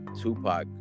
Tupac